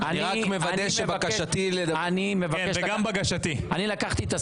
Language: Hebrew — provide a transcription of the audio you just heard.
אני ביקשתי מדן שיסביר לי את החוק,